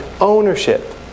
ownership